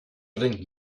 bringt